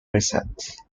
reset